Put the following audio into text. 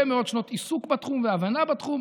מאוד שנות עיסוק בתחום והבנה בתחום,